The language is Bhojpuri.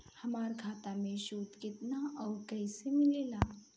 हमार खाता मे सूद केतना आउर कैसे मिलेला?